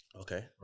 Okay